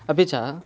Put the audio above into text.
अपि च